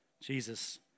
Jesus